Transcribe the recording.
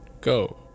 go